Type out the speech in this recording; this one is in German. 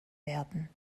werden